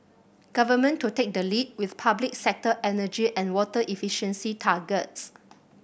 government to take the lead with public sector energy and water efficiency targets